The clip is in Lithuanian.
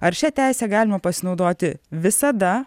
ar šia teise galima pasinaudoti visada